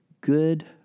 good